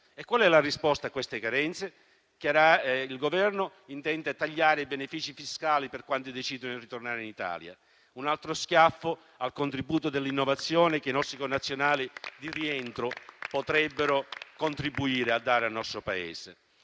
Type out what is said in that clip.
E qual è la risposta a queste carenze? Il Governo intende tagliare i benefici fiscali per quanti decidono di ritornare in Italia: un altro schiaffo al contributo dell'innovazione che i nostri connazionali di rientro potrebbero offrire al nostro Paese.